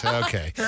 okay